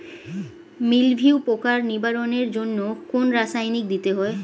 মিলভিউ পোকার নিবারণের জন্য কোন রাসায়নিক দিতে হয়?